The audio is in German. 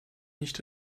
nicht